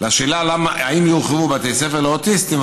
על השאלה אם יורחבו בתי ספר לאוטיסטים,